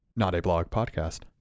notablogpodcast